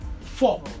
four